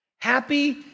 Happy